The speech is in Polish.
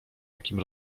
jakim